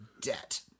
debt